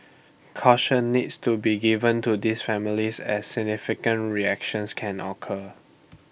caution needs to be given to these families as significant reactions can occur